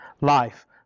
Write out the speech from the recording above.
Life